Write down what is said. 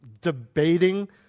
debating